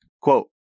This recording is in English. Quote